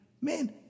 man